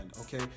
Okay